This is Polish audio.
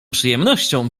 przyjemnością